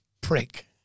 Prick